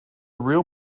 real